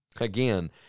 Again